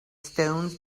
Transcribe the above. stones